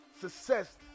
success